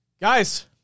Guys